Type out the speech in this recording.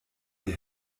die